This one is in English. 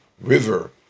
river